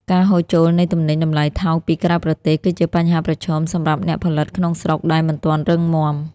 ការហូរចូលនៃទំនិញតម្លៃថោកពីក្រៅប្រទេស គឺជាបញ្ហាប្រឈមសម្រាប់អ្នកផលិតក្នុងស្រុកដែលមិនទាន់រឹងមាំ។